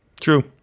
True